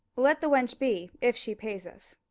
let the wench be, if she pays us.